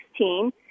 2016